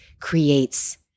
creates